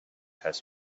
has